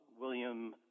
William